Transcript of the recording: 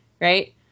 right